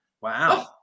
Wow